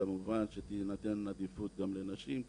וכמובן שתינתן עדיפות גם לנשים,